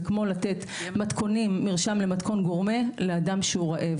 זה כמו לתת מרשם למתכון גורמה לאדם שהוא רעב.